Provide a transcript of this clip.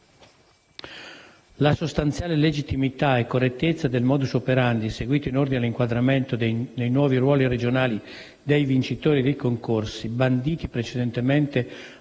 La sostanziale legittimità e correttezza del *modus operandi* seguito in ordine all'inquadramento nei nuovi ruoli regionali dei vincitori dei concorsi, banditi precedentemente